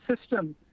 system